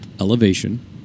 Elevation